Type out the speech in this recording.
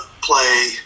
play